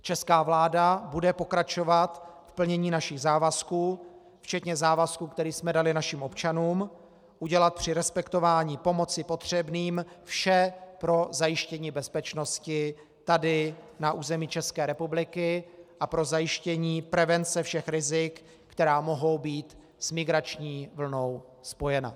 Česká vláda bude pokračovat v plnění našich závazků včetně závazků, které jsme dali našim občanům, udělat při respektování pomoci potřebným vše pro zajištění bezpečnosti tady na území České republiky a pro zajištění prevence všech rizik, která mohou být s migrační vlnou spojena.